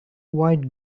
wide